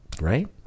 Right